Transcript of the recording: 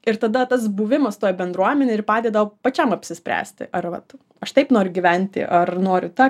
ir tada tas buvimas toj bendruomenėj ir padeda pačiam apsispręsti ar va tu aš taip noriu gyventi ar noriu tą